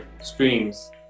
streams